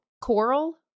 coral